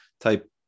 type